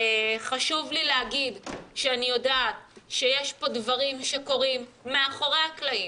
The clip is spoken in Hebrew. חשוב לי להגיד שאני יודעת שיש פה דברים שקורים מאחורי הקלעים,